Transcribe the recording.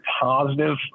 positive